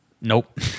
Nope